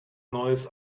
neues